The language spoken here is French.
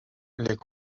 les